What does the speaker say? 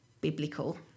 biblical